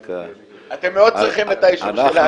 אתם מאוד צריכים את האישור שלנו.